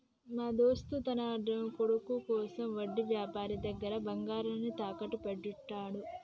మా దోస్త్ తన కొడుకు కోసం వడ్డీ వ్యాపారి దగ్గర బంగారాన్ని తాకట్టు పెట్టాడు